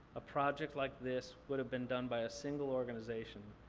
a project like this would have been done by a single organization.